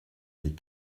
des